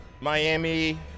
Miami